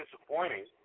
disappointing